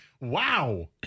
Wow